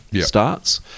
starts